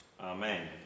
Amen